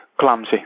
clumsy